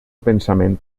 pensament